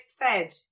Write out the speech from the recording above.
fed